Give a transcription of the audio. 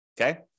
Okay